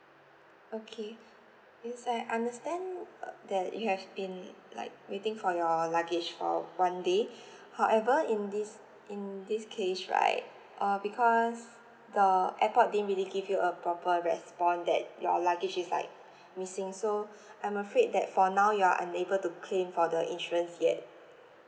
okay yes I understand uh that you have been like waiting for your luggage for one day however in this in this case right uh because the airport didn't really give you a proper response that your luggage is like missing so I'm afraid that for now you are unable to claim for the insurance yet